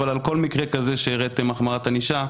אבל על כל מקרה כזה שהראיתם החמרת ענישה,